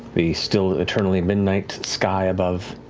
the still, eternally-midnight sky above,